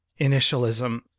initialism